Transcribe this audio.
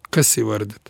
kas įvardyta